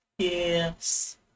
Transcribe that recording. Yes